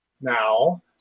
now